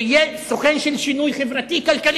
שיהיה סוכן של שינוי חברתי-כלכלי.